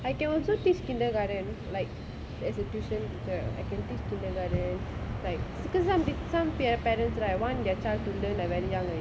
I can also teach kindergarten like as a tuition teacher I can teach kindergarten like because some some parents parents right like want their child to learn like a very young age